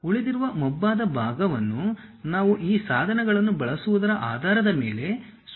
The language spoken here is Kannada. ಉಳಿದಿರುವ ಮಬ್ಬಾದ ಭಾಗಗಳನ್ನು ನಾವು ಆ ಸಾಧನಗಳನ್ನು ಬಳಸುವುದರ ಆಧಾರದ ಮೇಲೆ ಸೂಕ್ತವಾಗಿ ಆರಿಸಿಕೊಳ್ಳುತ್ತೇವೆ